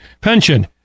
pension